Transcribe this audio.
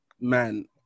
Man